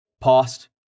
past